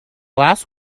last